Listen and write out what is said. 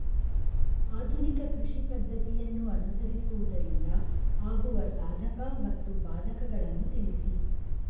ಆಧುನಿಕ ಕೃಷಿ ಪದ್ದತಿಯನ್ನು ಅನುಸರಿಸುವುದರಿಂದ ಆಗುವ ಸಾಧಕ ಮತ್ತು ಬಾಧಕಗಳನ್ನು ತಿಳಿಸಿ?